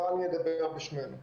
רן ידבר בשמנו.